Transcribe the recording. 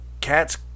Cats